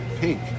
pink